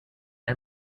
and